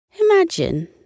Imagine